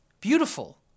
beautiful